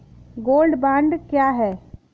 Gold bond क्या है?